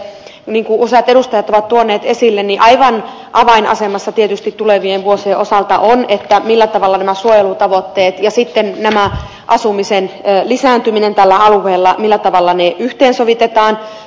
niin kuin useat edustajat ovat tuoneet esille aivan avainasemassa tietysti tulevien vuosien osalta on millä tavalla suojelutavoitteet ja asumisen lisääntyminen tällä alueella yhteensovitetaan